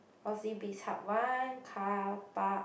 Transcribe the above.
Oxy Bizhub One carpark